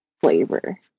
flavor